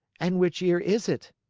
and which ear is it?